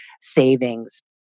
savings